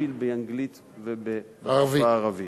מקביל באנגלית ובערבית.